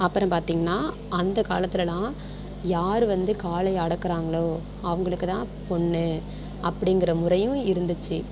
அப்புறம் பார்த்திங்கன்னா அந்த காலத்துலலாம் யாரு வந்து காளையை அடக்குறாங்களோ அவங்களுக்கு தான் பொண்ணு அப்படிங்கிற முறையும் இருந்துச்சு